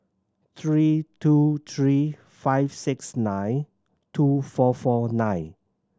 three two three five six nine two four four nine